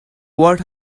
what